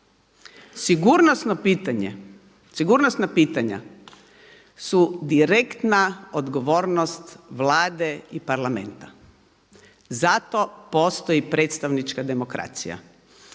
sigurnosna pitanja su direktna, odgovornost Vlade i parlamenta. Zato postoji predstavnička demokracija.